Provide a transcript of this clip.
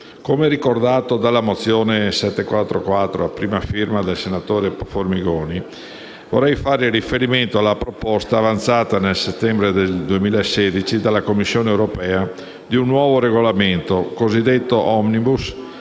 Come ricordato anche dalla mozione n. 744, presentata dal senatore Formigoni, vorrei fare riferimento alla proposta, avanzata nel settembre 2016 dalla Commissione europea, di un nuovo regolamento, cosiddetto *omnibus*,